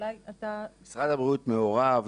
אולי אתה --- משרד הבריאות מעורב,